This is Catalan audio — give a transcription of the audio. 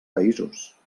països